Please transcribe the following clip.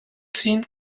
ziehen